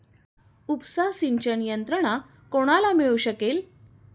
उपसा सिंचन यंत्रणा कोणाला मिळू शकेल?